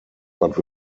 but